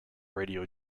radio